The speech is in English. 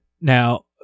Now